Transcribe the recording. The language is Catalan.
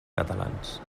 catalans